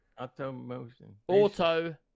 Automotion